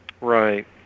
Right